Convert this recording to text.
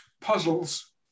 puzzles